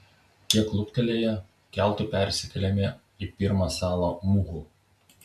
kiek luktelėję keltu persikėlėme į pirmą salą muhu